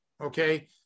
okay